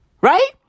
Right